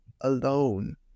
alone